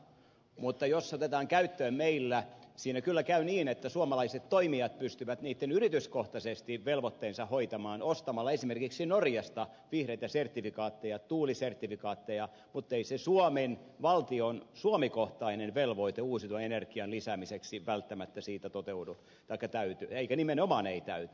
mutta jos se otetaan käyttöön meillä siinä kyllä käy niin että suomalaiset toimijat pystyvät yrityskohtaisesti ne velvoitteensa hoitamaan ostamalla esimerkiksi norjasta vihreitä sertifikaatteja tuulisertifikaatteja mutta ei se suomen valtion suomi kohtainen velvoite uusiutuvan energian lisäämiseksi välttämättä siitä toteudu taikka täyty nimenomaan ei täyty